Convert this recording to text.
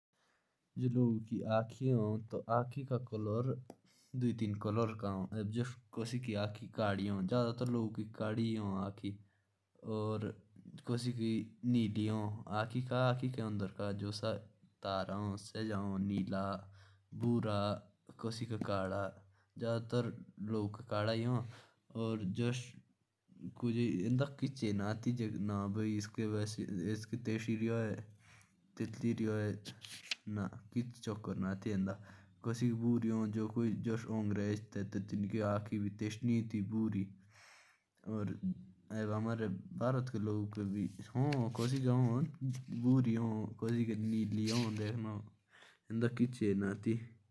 जो आँखें होती हैं वो अलग अलग कूलर की होती हैं। वो बचपन से ही होती हैं। क्योंकि आँखों पे पेंट नहीं कर सकते।